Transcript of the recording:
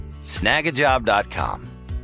snagajob.com